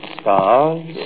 stars